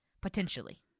potentially